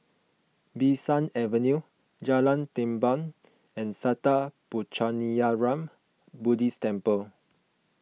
Bee San Avenue Jalan Tamban and Sattha Puchaniyaram Buddhist Temple